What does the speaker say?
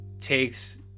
takes